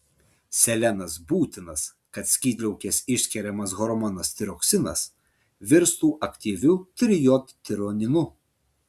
selenas būtinas kad skydliaukės išskiriamas hormonas tiroksinas virstų aktyviu trijodtironinu